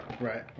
Right